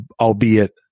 albeit